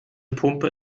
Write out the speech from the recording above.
pumpe